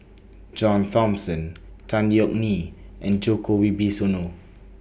John Thomson Tan Yeok Nee and Djoko Wibisono